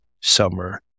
summer